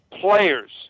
players